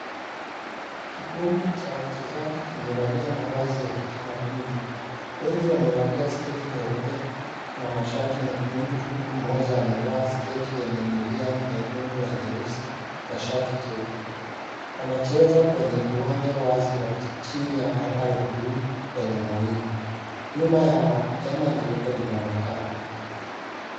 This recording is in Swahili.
Kikundi cha wachezaji kimevalia mavazi ya kitamaduni. Wengi wamevalia sketi nyeupe na mashati mekundu, huku mmoja amevaa sketi yenye milia nyekundu na nyeusi na shati jeupe. Wanacheza kwenye uwanja wazi wa chini ya anga la bluu lenye mawingu. Nyuma yao hema nyeupe linaonekana.